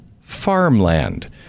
farmland